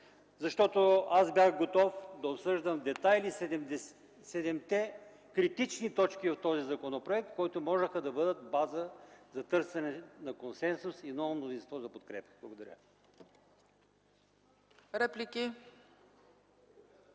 защото аз бях готов да обсъждам в детайли седемте критични точки от този законопроект, които можеха да бъдат база за търсене на консенсус и ново мнозинство за подкрепа. Благодаря.